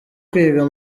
kwiga